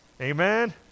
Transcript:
amen